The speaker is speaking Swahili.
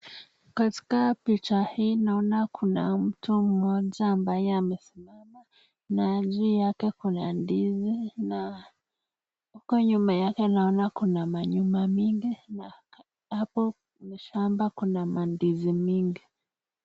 Katika picha hii naona kuna mtu mmoja ambaye amesimama na juu yake kuna ndizi na huko nyuma yake naona kuna manyumba mingi na hapo kwenye shamba kuna mandizi mingi.